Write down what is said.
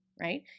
right